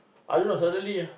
I don't know suddenly